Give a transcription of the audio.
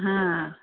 हां